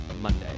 Monday